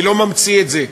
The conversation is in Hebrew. אני לא ממציא את זה.